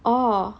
orh